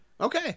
Okay